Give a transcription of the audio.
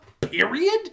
Period